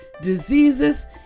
diseases